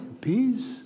peace